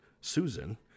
Susan